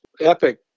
epic